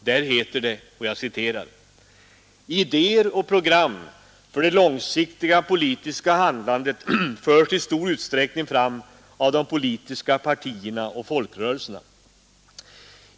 Det heter där: ”Idéer och program för det långsiktiga politiska handlandet förs i stor utsträckning fram av de politiska partierna och folkrörelserna.